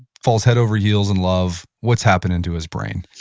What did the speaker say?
falls head over heels in love, what's happening to his brain?